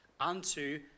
unto